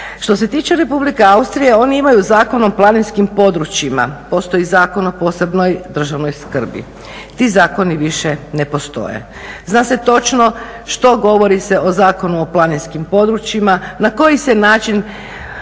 Što se tiče Republike Austrije oni imaju Zakon o planinskim područjima, postoji Zakon o posebnoj državnoj skrbi ti zakoni više ne postoje. Zna se točno što govori se o Zakonu o planinskim područjima, na koji se način